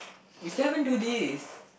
we still haven't do this